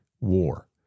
war